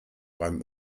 beim